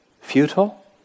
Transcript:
futile